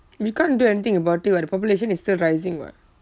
we can't do anything about it [what] the population is still rising [what]